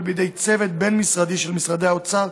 בידי צוות בין-משרדי של משרדי האוצר,